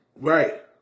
Right